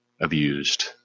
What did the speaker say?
abused